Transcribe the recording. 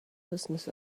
business